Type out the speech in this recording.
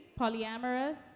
polyamorous